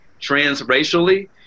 transracially